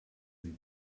sie